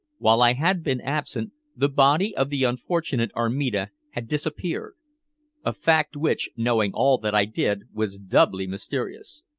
while i had been absent the body of the unfortunate armida had disappeared a fact which, knowing all that i did, was doubly mysterious.